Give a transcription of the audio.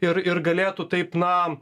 ir ir galėtų taip na